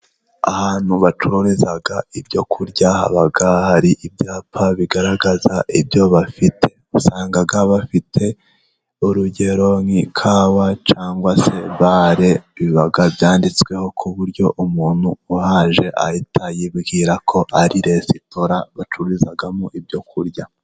Ahantu bacururiza ibyo kurya, haba hari ibyapa bigaragaza ibyo bafite usanga bafite urugero nk'ikawa cyangwa se ba biba byanditsweho ku buryo umuntu uhaje ahita yibwira ko ari resitora bacururizamo ibyoku kurya.